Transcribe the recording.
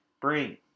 bring